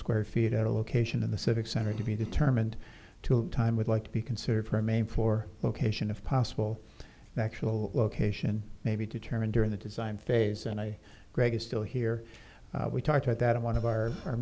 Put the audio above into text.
square feet at a location in the civic center to be determined to time would like to be considered for a main floor location if possible actual location may be determined during the design phase and i greg is still here we talked about that in one of our our